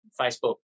Facebook